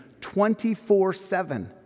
24-7